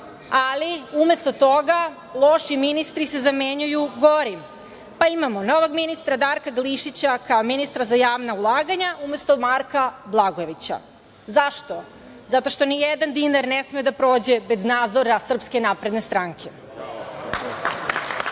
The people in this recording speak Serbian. ali umesto toga, loši ministri se zamenjuju gorim, pa imamo novog ministra Darka Glišića kao ministra za javna ulaganja, umesto Marko Blagojevića. Zašto? Zato što nijedan dinar ne sme da prođe bez nadzora SNS.Da li je Jelena